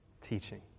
teaching